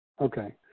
okay